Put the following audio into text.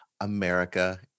America